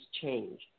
change